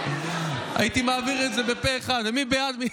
הייתי מעביר את זה פה אחד, מי בעד?